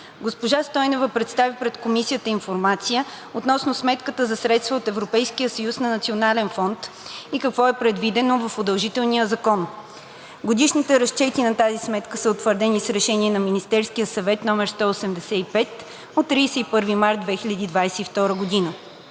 Госпожа Стойнева представи пред Комисията информация относно сметката за средства от Европейския съюз на „Национален фонд“ и какво е предвидено в удължителния закон. Годишните разчети на тази сметка са утвърдени с Решение на Министерския съвет № 185 от 31 март 2022 г.